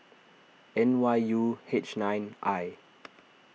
N Y U H nine I